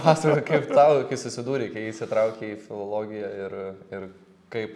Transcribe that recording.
pasakok kaip tau kai susidūrei kai įsitraukei į filologiją ir ir kaip